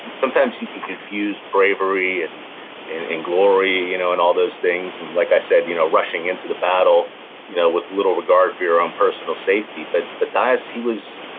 sometimes you can confuse bravery and and and glory you know and all those things, and like i said, you know rushing into the battle you know with little regard for your own personal safety, but ah dyess, he was,